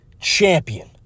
champion